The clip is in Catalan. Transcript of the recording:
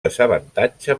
desavantatge